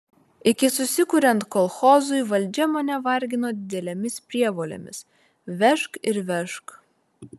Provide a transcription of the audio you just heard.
iki susikuriant kolchozui valdžia mane vargino didelėmis prievolėmis vežk ir vežk